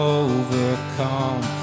overcome